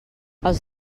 els